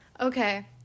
okay